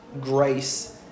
grace